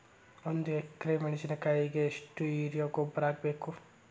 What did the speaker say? ಒಂದು ಎಕ್ರೆ ಮೆಣಸಿನಕಾಯಿಗೆ ಎಷ್ಟು ಯೂರಿಯಾ ಗೊಬ್ಬರ ಹಾಕ್ಬೇಕು?